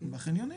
בחניונים